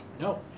No